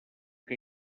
que